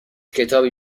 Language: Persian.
کتابی